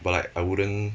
but like I wouldn't